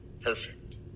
perfect